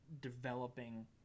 Developing